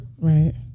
Right